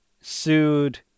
sued